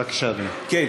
בבקשה, אדוני.